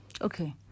Okay